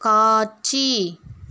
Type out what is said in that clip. காட்சி